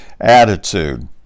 attitude